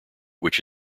which